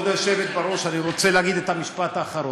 כבוד היושבת-ראש, אני רוצה להגיד את המשפט האחרון.